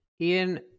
Ian